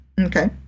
okay